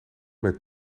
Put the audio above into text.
met